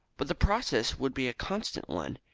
but the process would be a constant one.